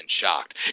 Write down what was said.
shocked